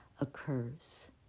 occurs